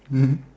mm